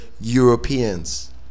Europeans